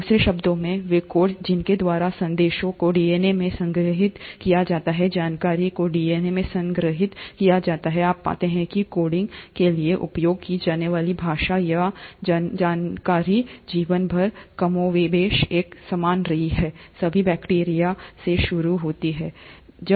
दूसरे शब्दों में वे कोड जिनके द्वारा संदेशों को डीएनए में संग्रहीत किया जाता है जानकारी को डीएनए में संग्रहीत किया जाता है आप पाते हैं कि कोडिंग के लिए उपयोग की जाने वाली भाषा या जानकारी जीवन भर कमोबेश एक समान रही है सभी बैक्टीरिया से शुरू होती है